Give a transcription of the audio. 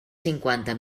cinquanta